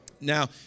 Now